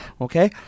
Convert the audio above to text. okay